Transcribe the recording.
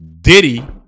Diddy